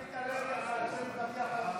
עמית הלוי, אתה רוצה להתווכח על המספרים?